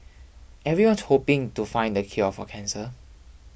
everyone's hoping to find the cure for cancer